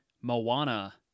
Moana